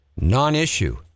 non-issue